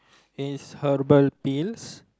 is herbal pills